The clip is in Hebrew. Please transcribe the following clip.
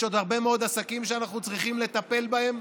יש עוד הרבה מאוד עסקים שאנחנו צריכים לטפל בהם,